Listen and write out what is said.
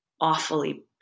awfully